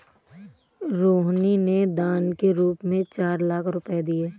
रूहानी ने दान के रूप में चार लाख रुपए दिए